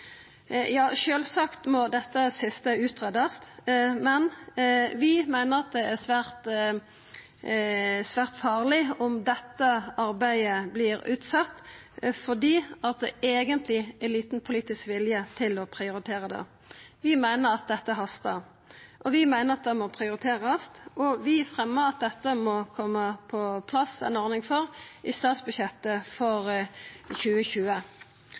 er svært farleg om dette arbeidet blir utsett, fordi det eigentleg er liten politisk vilje til å prioritera det. Vi meiner at dette hastar. Vi meiner at det må prioriterast, og vi fremjar at det må koma på plass ei ordning for dette i statsbudsjettet for 2020.